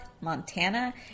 Montana